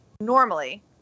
normally